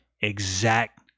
exact